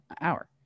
hour